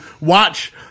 watch